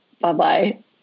Bye-bye